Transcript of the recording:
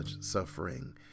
suffering